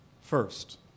first